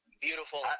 beautiful